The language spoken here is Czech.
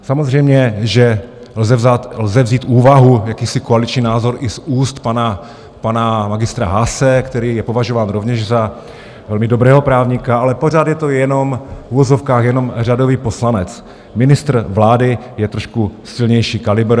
Samozřejmě že lze vzít úvahu jakýsi koaliční názor i z úst pana magistra Haase, který je považován rovněž za velmi dobrého právníka, ale pořád je to jenom v uvozovkách jenom řadový poslanec, ministr vlády je trošku silnější kalibr.